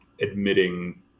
admitting